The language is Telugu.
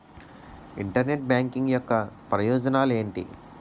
ఇంటర్నెట్ బ్యాంకింగ్ యెక్క ఉపయోగాలు ఎంటి?